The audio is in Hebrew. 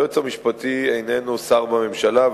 היועץ המשפטי איננו שר בממשלה,